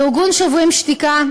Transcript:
ארגון "שוברים שתיקה",